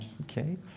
okay